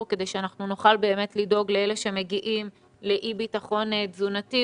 כדי שאנחנו נוכל באמת לדאוג לאלה שמגיעים לאי ביטחון תזונתי,